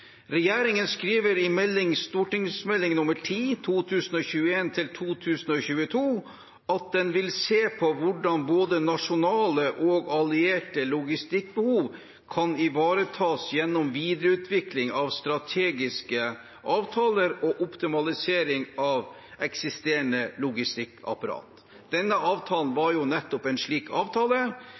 Regjeringen skriver i Meld. St. 10 at den vil «se på hvordan både nasjonale og allierte logistikkbehov kan ivaretas gjennom videreutvikling av strategiske avtaler og optimalisering av det eksisterende logistikkapparatet». Hvorfor har regjeringen latt WilNor-avtalen utløpe uten en